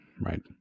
right